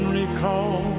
recall